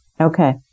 okay